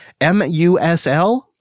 MUSL